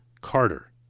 Carter